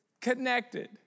connected